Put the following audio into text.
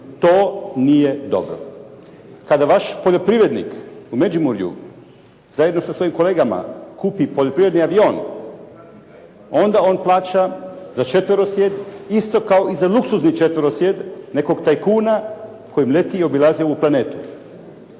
To nije dobro. Kada vaš poljoprivrednik u Međimurju zajedno sa svojim kolegama kupi poljoprivredni avion, onda on plaća za četverosjed isto kao i za luksuzni četverosjed nekog tajkuna kojim leti i obilazi ovu planetu.